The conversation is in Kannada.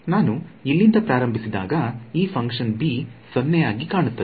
ನಾನು ಇಲ್ಲಿಂದ ಪ್ರಾರಂಭಿಸಿದಾಗ ಈ ಫಂಕ್ಷನ್ b 0 ಆಗಿ ಕಾಣುತ್ತದೆ